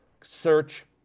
Search